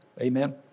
Amen